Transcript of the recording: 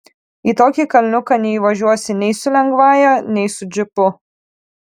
į tokį kalniuką neįvažiuosi nei su lengvąja nei su džipu